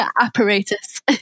apparatus